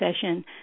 session